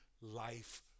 life